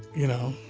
you know,